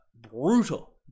brutal